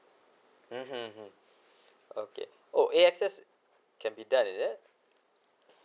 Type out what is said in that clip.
mmhmm mm okay oh A_X_S can be done is it